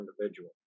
individual